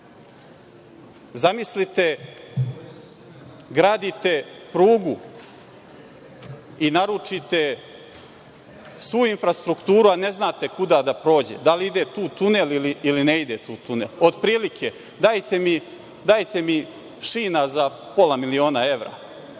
Zamislite, gradite prugu i naručite svu infrastrukturu, a ne znate kuda da prođe, da li ide tu tunel ili ne ide tu tunel. Otprilike, dajte mi šina za pola miliona evra.